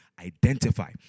identify